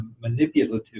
manipulative